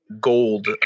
gold